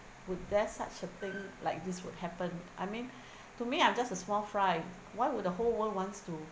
would there such a thing like this would happen I mean to me I'm just a small flies why would the whole world wants to